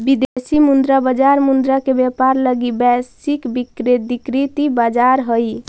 विदेशी मुद्रा बाजार मुद्रा के व्यापार लगी एक वैश्विक विकेंद्रीकृत बाजार हइ